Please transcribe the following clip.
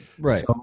right